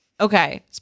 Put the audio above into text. Okay